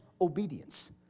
obedience